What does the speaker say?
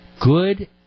good